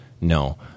no